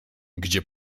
gdzie